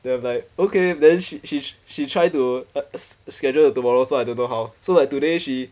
then I'm like okay then she she's she try to a scheduled to tomorrow so I don't know how so like today she